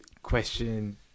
question